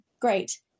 Great